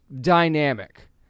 dynamic